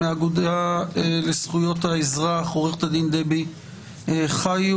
מהאגודה לזכויות האזרח: עורכת הדין דבי חיו.